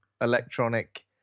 electronic